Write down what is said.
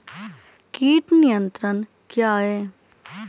कीट नियंत्रण क्या है?